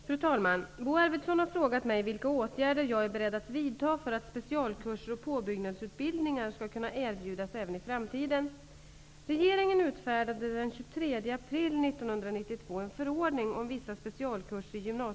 Fru talman! Bo Arvidson har frågat mig vilka åtgärder jag är beredd att vidta för att specialkurser och påbyggnadsutbildningar skall kunna erbjudas även i framtiden.